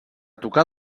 tocar